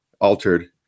altered